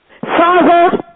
Father